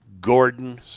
Gordon